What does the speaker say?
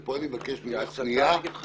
וכאן אני מבקש ממשטרת ישראל,